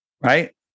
Right